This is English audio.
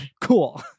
Cool